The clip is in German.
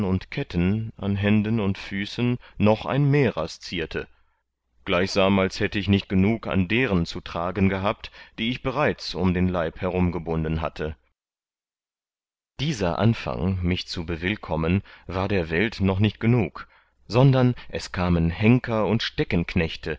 ketten an handen und füßen noch ein mehrers zierte gleichsam als hätte ich nicht genug an deren zu tragen gehabt die ich bereits umb den leib herumbgebunden hatte dieser anfang mich zu bewillkommen war der welt noch nicht genug sondern es kamen henker und